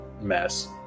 mess